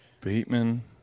Bateman